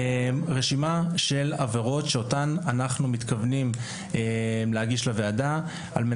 רשימה של עבירות שאותן אנחנו מתכוונים להגיש לוועדה כדי